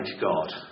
God